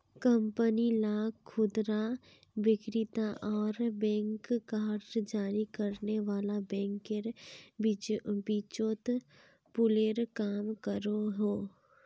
company ला खुदरा विक्रेता आर बैंक कार्ड जारी करने वाला बैंकेर बीचोत पूलेर काम करोहो